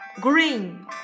green